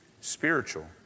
spiritual